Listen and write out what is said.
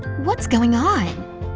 what's going on?